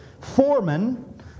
foreman